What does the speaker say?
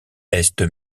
est